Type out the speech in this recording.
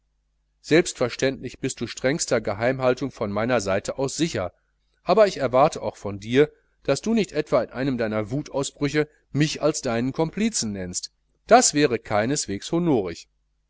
selbstverständlich bist du strengster geheimhaltung von meiner seite aus sicher aber ich erwarte auch von dir daß du nicht etwa in einem deiner wutausbrüche mich als deinen komplizen nennst das wäre keineswegs honorig